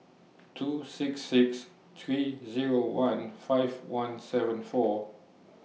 two six six three Zero one five one seven four